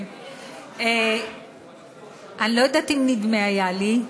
אני לא יודעת אם נדמה היה לי,